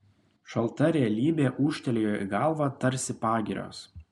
šalta realybė ūžtelėjo į galvą tarsi pagirios